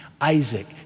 Isaac